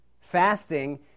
Fasting